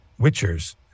witchers